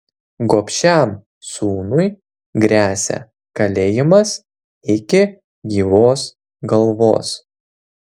gobšiam sūnui gresia kalėjimas iki gyvos galvos